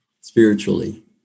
spiritually